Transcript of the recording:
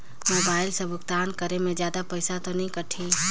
Mobile से भुगतान करे मे जादा पईसा तो नि कटही?